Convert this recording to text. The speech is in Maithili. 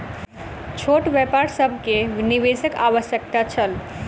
छोट व्यापार सभ के निवेशक आवश्यकता छल